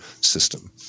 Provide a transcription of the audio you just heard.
system